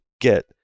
get